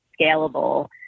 scalable